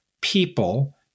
people